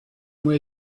where